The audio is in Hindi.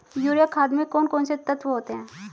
यूरिया खाद में कौन कौन से तत्व होते हैं?